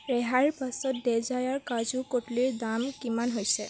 ৰেহাইৰ পাছত ডিজায়াৰ কাজু কটলীৰ দাম কিমান হৈছে